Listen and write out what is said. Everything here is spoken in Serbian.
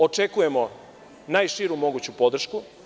Očekujemo najširu moguću podršku.